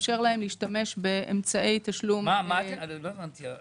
תאפשר להם להשתמש באמצעי תשלום --- לא הבנתי.